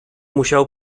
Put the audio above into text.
musiał